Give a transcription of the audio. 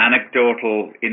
anecdotal